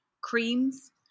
creams